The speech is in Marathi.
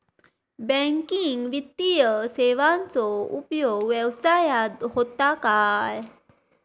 बँकिंग वित्तीय सेवाचो उपयोग व्यवसायात होता काय?